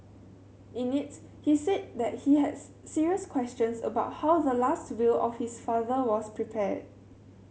in it he said that he has serious questions about how the last will of his father was prepared